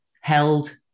held